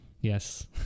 yes